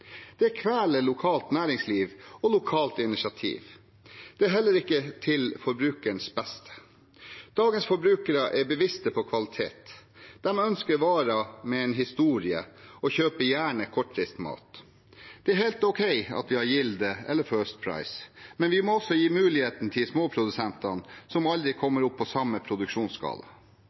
Det kveler lokalt næringsliv og lokalt initiativ. Det er heller ikke til forbrukernes beste. Dagens forbrukere er kvalitetsbevisste. De ønsker varer med en historie og kjøper gjerne kortreist mat. Det er helt ok at vi har Gilde og First Price, men vi må også gi muligheten til småprodusentene, som aldri kommer opp på samme produksjonsskala.